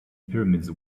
pyramids